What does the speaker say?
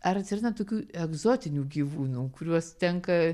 ar atsiranda tokių egzotinių gyvūnų kuriuos tenka